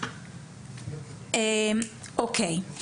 אוקי,